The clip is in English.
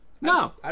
no